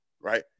right